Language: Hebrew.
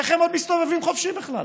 איך הם עוד מסתובבים חופשי בכלל?